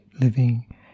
living